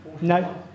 No